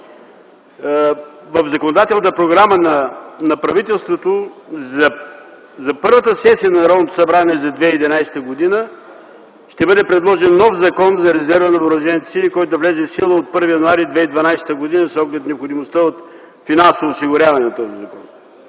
в законодателната програма на правителството за първата сесия на Народното събрание за 2011 г. ще бъде предложен нов Закон за резерва на въоръжените сили, който да влезе в сила от 1 януари 2012 г., с оглед необходимостта от финансово осигуряване на този закон.